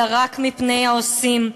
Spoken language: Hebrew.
אלא רק מפני העושים.